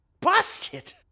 Busted